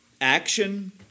action